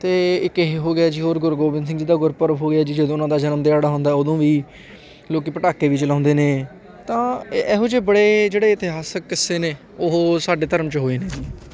ਅਤੇ ਇੱਕ ਇਹ ਹੋ ਗਿਆ ਜੀ ਹੋਰ ਗੁਰੂ ਗੋਬਿੰਦ ਸਿੰਘ ਜੀ ਦਾ ਗੁਰਪੁਰਬ ਹੋ ਗਿਆ ਜੀ ਜਦੋਂ ਉਹਨਾਂ ਦਾ ਜਨਮ ਦਿਹਾੜਾ ਹੁੰਦਾ ਉਦੋਂ ਵੀ ਲੋਕ ਪਟਾਕੇ ਵੀ ਚਲਾਉਂਦੇ ਨੇ ਤਾਂ ਐ ਐਹੋ ਜਿਹੇ ਬੜੇ ਜਿਹੜੇ ਇਤਿਹਾਸਿਕ ਕਿੱਸੇ ਨੇ ਉਹ ਸਾਡੇ ਧਰਮ 'ਚ ਹੋਏ ਨੇ ਜੀ